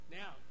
now